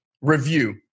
review